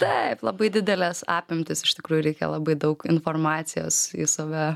taip labai didelės apimtys iš tikrųjų reikia labai daug informacijos į save